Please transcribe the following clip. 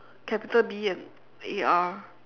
capital B and A R